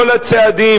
כל הצעדים,